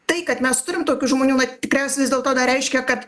tai kad mes turim tokių žmonių na tikriausiai vis dėlto na reiškia kad